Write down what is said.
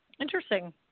Interesting